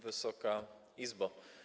Wysoka Izbo!